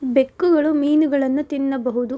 ಬೆಕ್ಕುಗಳು ಮೀನುಗಳನ್ನು ತಿನ್ನಬಹುದು